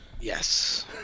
Yes